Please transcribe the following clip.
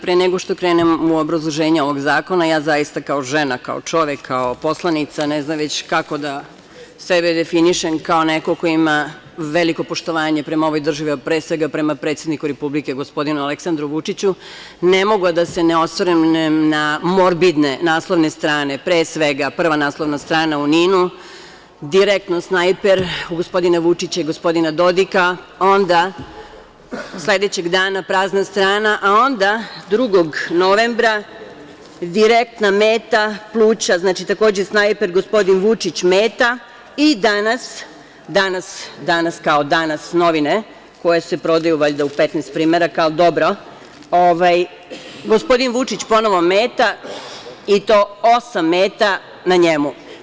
Pre nego što krenem u obrazloženje ovog zakona, ja zaista, kao žena, kao čovek, kao poslanica, ne znam već kako da sebe definišem, kao neko ko ima veliko poštovanje prema ovoj državi, a pre svega prema predsedniku Republike gospodinu Aleksandru Vučiću, ne mogu a da se ne osvrnem na morbidne naslovne strane, pre svega prva naslovna strana u NIN-u, direktno snajper u gospodina Vučića i gospodina Dodika, sledećeg dana prazna strana, a onda 2. novembra direktna meta pluća, znači, takođe snajper, gospodin Vučić meta i danas, „Danas“, kao „Danas“ novine, koje se prodaju valjda u 15 primeraka, ali dobro, gospodin Vučić ponovo meta, i to osam meta na njemu.